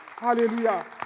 Hallelujah